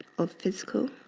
of physical